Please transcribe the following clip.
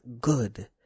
good